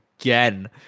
again